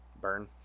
burn